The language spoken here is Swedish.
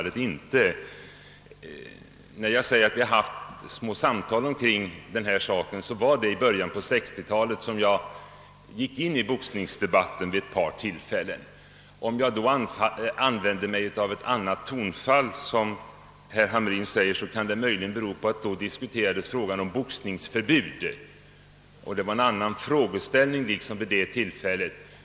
De små samtal vi haft kring denna sak ägde rum i början av 1960 talet, då jag gick in i boxningsdebatten vid ett par tillfällen. Om jag då använt ett annat tonfall — som herr Hamrin anser — kan det bero på att vi då diskuterade frågan om boxningsförbud. Frågeställningen var alltså den gången en annan.